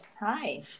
Hi